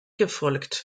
gefolgt